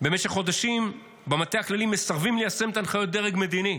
במשך חודשים במטה הכללי "מסרבים ליישם את הנחיות הדרג המדיני,